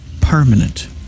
permanent